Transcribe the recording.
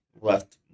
left